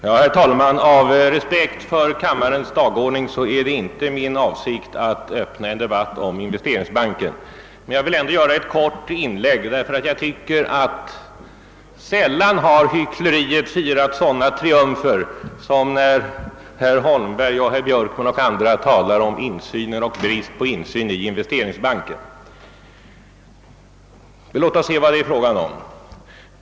Herr talman! Av respekt för kammarens dagordning ämnar jag inte öppna en debatt om Investeringsbanken. Men jag vill ändå göra ett kort inlägg, eftersom jag tycker att hyckleriet sällan har firat sådana triumfer som när herr Holmberg, herr Björkman och andra talar om bristen på insyn i Investeringsbanken. Låt oss se vad det är fråga om!